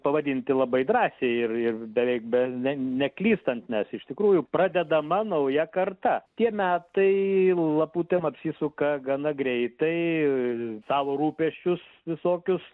pavadinti labai drąsiai ir ir beveik be ne neklystant nes iš tikrųjų pradedama nauja karta tie metai laputėm apsisuka gana greitai savo rūpesčius visokius